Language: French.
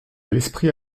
l’esprit